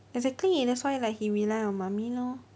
exactly that's why like he rely on mummy lor